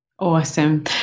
Awesome